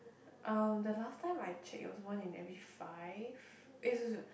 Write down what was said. um the last time I checked it was one in every five eh sorry sorry sorry